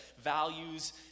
values